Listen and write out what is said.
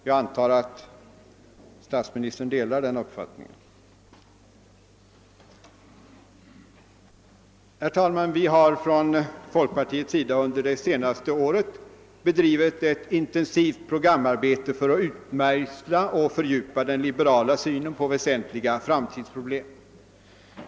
Jag antar att statsministern delar min uppfattning Vi har från folkpartiets sida under det senaste året bedrivit ett intensivt programarbete för att utmejsla och fördjupa den liberala synen på väsentliga samhällsproblem.